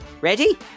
Ready